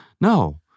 No